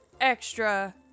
extra